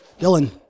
Dylan